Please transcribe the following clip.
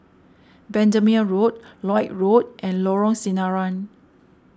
Bendemeer Road Lloyd Road and Lorong Sinaran